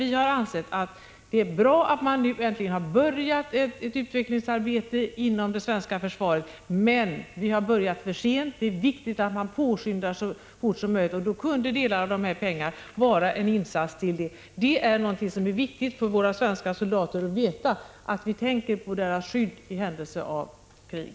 Vi har ansett att det är bra att man äntligen har börjat ett utvecklingsarbete inom det svenska försvaret — men vi har börjat för sent. Det är viktigt att påskynda arbetet så mycket som möjligt, och delar av de här pengarna kunde vara en insats till det. Det är viktigt för våra svenska soldater att veta att vi tänker på deras skydd i händelse av krig!